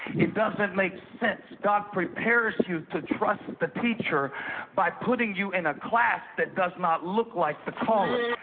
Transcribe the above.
it doesn't make sense. god prepares you to trust the teacher by putting you in a class that does not look like the calling.